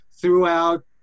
throughout